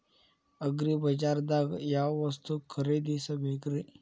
ಅಗ್ರಿಬಜಾರ್ದಾಗ್ ಯಾವ ವಸ್ತು ಖರೇದಿಸಬೇಕ್ರಿ?